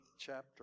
chapter